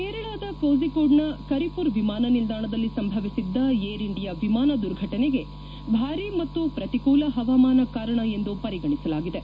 ಕೇರಳದ ಕೋಜಿಕೊಡ್ನ ಕರಿಮರ್ ವಿಮಾನ ನಿಲ್ಲಾಣದಲ್ಲಿ ಸಂಭವಿಸಿದ್ದ ಏರ್ ಇಂಡಿಯಾ ವಿಮಾನ ದುರ್ಘಟನೆಗೆ ಭಾರಿ ಮತ್ತು ಪ್ರತಿಕೂಲ ಪವಾಮಾನ ಕಾರಣ ಎಂದು ಪರಿಗಣಿಸಲಾಗಿದೆ